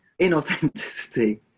inauthenticity